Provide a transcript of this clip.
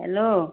hello